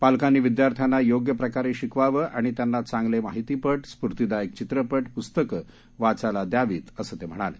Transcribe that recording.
पालकांनी विद्यार्थ्यांना योग्य प्रकारे शिकवावं आणि त्यांना चांगले माहितीपट स्फुर्तीदायक चित्रपट पुस्तके वाचायला द्यावीत असंही त्यांनी सांगितलं